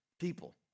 people